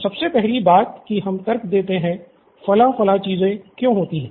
तो सबसे पहली बात की हम तर्क देते है फला फला चीजें क्यो होती है